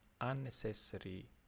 unnecessary